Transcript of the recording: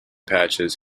patches